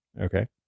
Okay